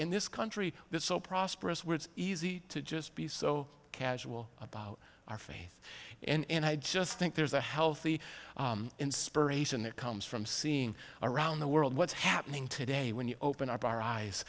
in this country that so prosperous where it's easy to just be so casual about our faith and i just think there's a healthy inspiration that comes from seeing around the world what's happening today when you open our eyes